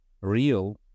real